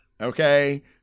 okay